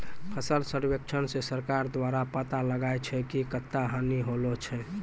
फसल सर्वेक्षण से सरकार द्वारा पाता लगाय छै कि कत्ता हानि होलो छै